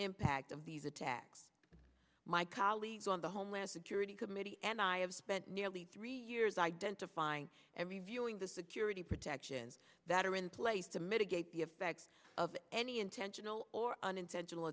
impact of these attacks my colleagues on the homeland security committee and i have spent nearly three years identifying every viewing the security protections that are in place to mitigate the effects of any intentional or unintentional